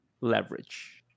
leverage